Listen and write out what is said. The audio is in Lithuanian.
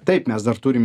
taip mes dar turim